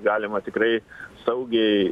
galima tikrai saugiai